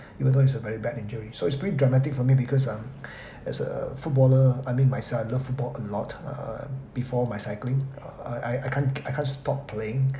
even though it's a very bad injury so it's pretty dramatic for me because um as a footballer I mean myself I love football a lot uh before my cycling I I can't I can't stop playing